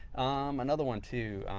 another one too.